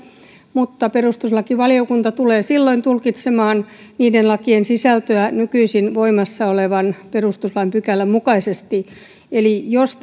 mutta perustuslakivaliokunta tulee silloin tulkitsemaan niiden lakien sisältöä nykyisin voimassa olevan perustuslain pykälän mukaisesti eli jos